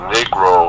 Negro